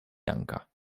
janka